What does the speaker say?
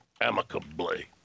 amicably